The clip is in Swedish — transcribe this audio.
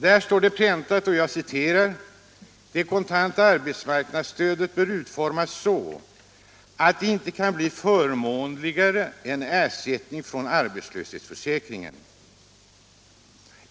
Där står det präntat att det kontanta arbetsmarknadsstödet bör ”utformas så, att det inte kan bli förmånligare än ersättning från arbetslöshetsförsäkringen.